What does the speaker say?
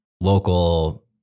local